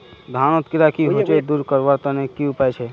धानोत कीड़ा की होचे दूर करवार तने की उपाय छे?